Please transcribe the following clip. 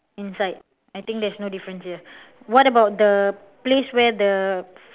inside I think there is no difference here what about the place where the